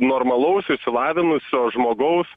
normalaus išsilavinusio žmogaus